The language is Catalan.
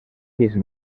fins